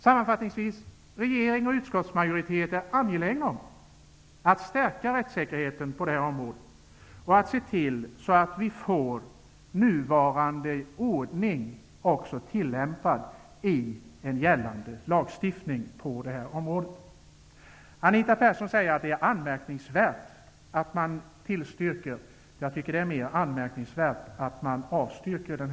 Sammanfattningsvis vill jag säga att regering och utskottsmajoritet är angelägna om att på det här området stärka rättssäkerheten och att se till att nuvarande ordning också tillämpas i gällande lagstiftning. Anita Persson säger att det är anmärkningsvärt att man tillstyrker propositionen. Jag tycker att det är mer anmärkningsvärt att man avstyrker den.